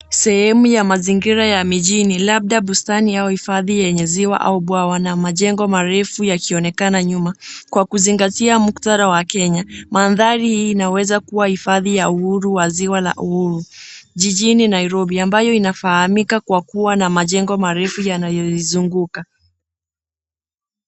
Sehemu ya mazingira ya mijini labda bustani au hifadhi yenye ziwa au bwawa na majengo marefu yakionekana nyuma kwa kuzingatia muktara wa Kenya, mandhari hii inaweza kuwa hifadhi ya uhuru wa ziwa la uhuru, jijini Nairobi ambayo inafahamika kwa kuwa na majengo marefu yanayoizunguka.